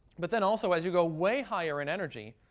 but then also, as you go way higher in energy,